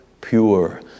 pure